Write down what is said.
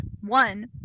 one